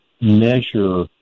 measure